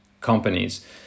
companies